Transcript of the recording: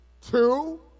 two